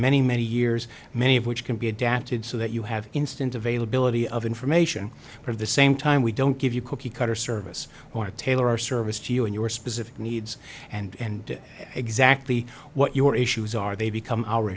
many many years many of which can be adapted so that you have instant availability of information for the same time we don't give you cookie cutter service or tailor our service to you and your specific needs and exactly what your issues are they become our